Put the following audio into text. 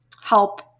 help